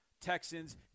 Texans